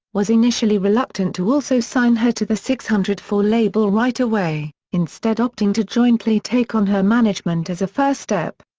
was initially reluctant to also sign her to the six hundred and four label right away, instead opting to jointly take on her management as a first step.